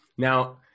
Now